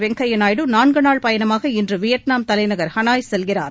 வெங்கைய நாயுடு நான்குநாள் பயணமாக இன்று வியட்நாம் தலைநகர் ஹனாய் செல்கிறார்